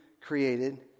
created